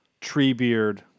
Treebeard